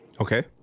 Okay